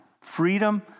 Freedom